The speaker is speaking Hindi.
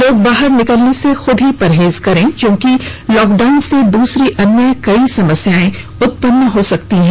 लोग बाहर निकलने से खुद परहेज करें क्योंकि लॉकडाउन से दूसरी अन्य कई समस्याएं उत्पन्न हो सकती हैं